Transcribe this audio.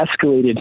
escalated